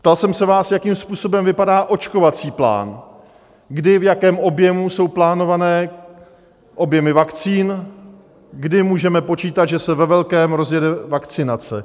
Ptal jsem se vás, jakým způsobem vypadá očkovací plán, kdy, v jakém objemu jsou plánované objemy vakcín, kdy můžeme počítat, že se ve velkém rozjede vakcinace.